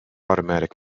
automatic